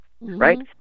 right